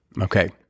Okay